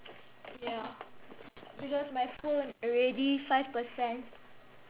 ya because my phone already five percent